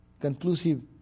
conclusive